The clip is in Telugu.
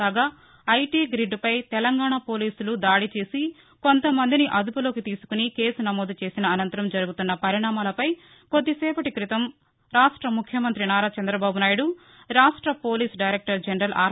కాగా ఐటీ గ్రిడ్పై తెలంగాణా పోలీసులు దాడిచేసి కొంత మందిని అదుపులోకి తీసుకుని కేసు నమోదుచేసిన అనంతరం జరుగుతున్న పరిణామాలపై కొద్దిసేపటి క్రితం రాష్ట ముఖ్యమంతి నారా చంద్రబాబు నాయుడు రాష్ట పోలీసు డైరెక్టర్ జనరల్ ఆర్